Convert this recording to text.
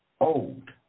old